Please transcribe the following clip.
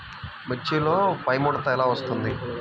మిర్చిలో పైముడత ఎలా వస్తుంది?